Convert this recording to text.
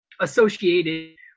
associated